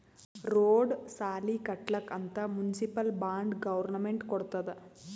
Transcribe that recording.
road, ಸಾಲಿ ಕಟ್ಲಕ್ ಅಂತ್ ಮುನ್ಸಿಪಲ್ ಬಾಂಡ್ ಗೌರ್ಮೆಂಟ್ ಕೊಡ್ತುದ್